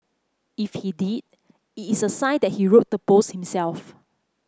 if he did is it's a sign that he wrote the post himself